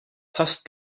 passt